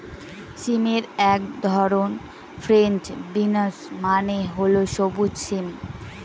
সিমের এক ধরন ফ্রেঞ্চ বিনস মানে হল সবুজ সিম